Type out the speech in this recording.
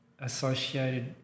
associated